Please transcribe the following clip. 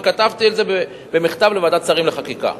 וכתבתי על זה מכתב לוועדת השרים לחקיקה.